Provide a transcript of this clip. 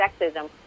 sexism